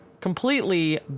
completely